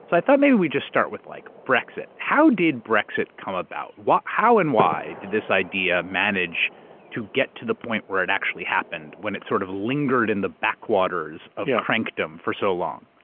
so i thought maybe we'd just start with like brexit. how did brexit come about? how and why did this idea manage to get to the point where it actually happened, when it sort of lingered in the backwaters of crankdom for so long.